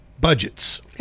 budgets